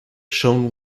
shown